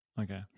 okay